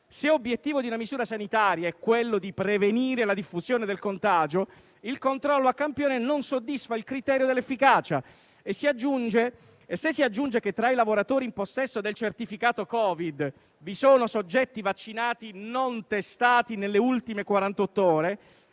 se obiettivo di una misura sanitaria è quello di prevenire la diffusione del contagio, il controllo a campione non soddisfa il criterio dell'efficacia, e se si aggiunge che tra i lavoratori in possesso del certificato Covid vi sono soggetti vaccinati non testati nelle ultime 48 ore,